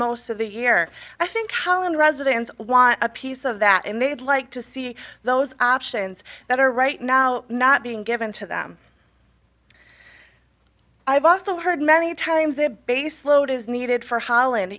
most of the year i think how many residents want a piece of that and they'd like to see those options that are right now not being given to them i've also heard many times the baseload is needed for holland